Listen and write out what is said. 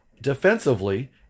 defensively